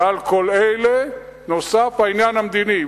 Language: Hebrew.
ועל כל אלה נוסף העניין המדיני.